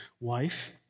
wife